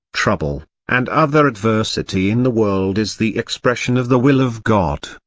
trouble, and other adversity in the world is the expression of the will of god,